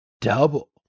double